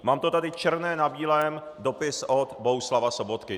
Mám to tady černé na bílém, dopis od Bohuslava Sobotky.